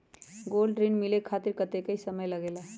Gold ऋण मिले खातीर कतेइक समय लगेला?